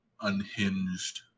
unhinged